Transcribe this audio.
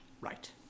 Right